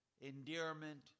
endearment